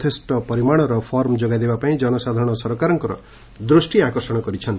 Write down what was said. ଯଥେଷ୍ ପରିମାଣର ଫର୍ମ ଯୋଗାଇ ଦେବା ପାଇଁ ଜନସାଧାରଣ ସରକାରଙ୍କର ଦୃଷ୍ଟି ଆକର୍ଷଣ କରିଛନ୍ତି